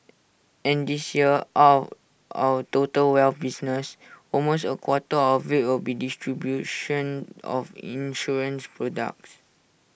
and this year out our total wealth business almost A quarter of will be distribution of insurance products